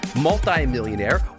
Multi-millionaire